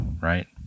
right